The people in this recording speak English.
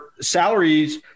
salaries